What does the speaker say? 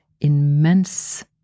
immense